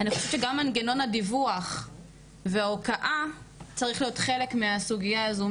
אני חושבת שגם מנגנון הדיווח וההוקעה צריך להיות חלק מהסוגיה הזו.